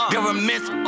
Governments